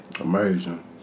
Amazing